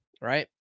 right